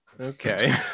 Okay